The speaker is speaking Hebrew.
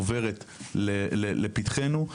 עוברת לפתחנו.